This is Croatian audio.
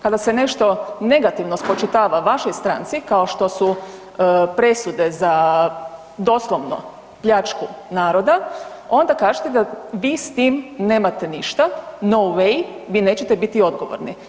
Kada se nešto negativno spočitava vašoj stranci, kao što su presude za doslovno pljačku naroda, onda kažete da vi s tim nemate ništa, no way, vi nećete biti odgovorni.